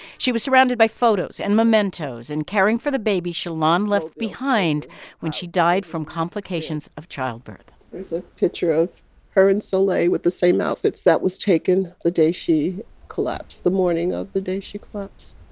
she was surrounded by photos and mementos and caring for the baby shalon left behind when she died from complications of childbirth there's a picture of her and soleil with the same outfits. that was taken the day she collapsed, the morning of the day she collapsed.